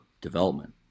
development